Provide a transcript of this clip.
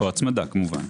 למעט או הצמדה כמובן,